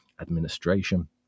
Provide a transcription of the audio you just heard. administration